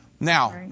Now